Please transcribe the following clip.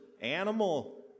animal